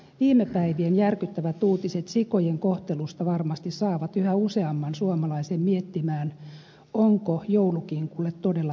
viime päivien järkyttävät uutiset sikojen kohtelusta varmasti saavat yhä useamman suomalaisen miettimään onko joulukinkulle todella tarvetta